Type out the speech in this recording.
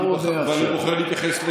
ואני בוחר להתייחס,